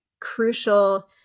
crucial